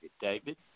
David